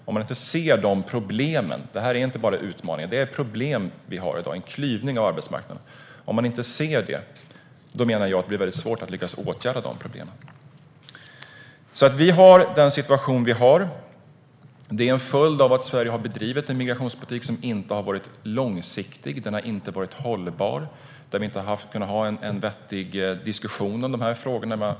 Om man inte ser de problemen - det är inte bara utmaningar utan också problem vi har i dag; det är en klyvning av arbetsmarknaden - menar jag att det blir svårt att lyckas åtgärda dem. Vi har den situation vi har. Det är en följd av att Sverige har bedrivit en migrationspolitik som inte har varit långsiktig. Den har inte varit hållbar. Vi har inte kunnat ha en vettig diskussion om de här frågorna.